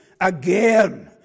again